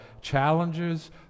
challenges